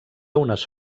unes